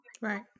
Right